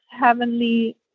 Heavenly